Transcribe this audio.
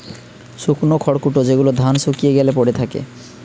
শুকনো খড়কুটো যেগুলো ধান শুকিয়ে গ্যালে পড়ে থাকে